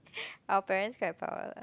our parents quite power lah